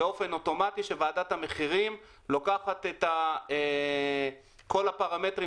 באופן אוטומטי שוועדת המחירים לוקחת את כל הפרמטרים